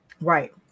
right